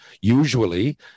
usually